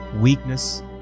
weakness